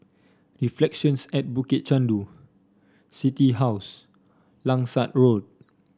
Reflections at Bukit Chandu City House Langsat Road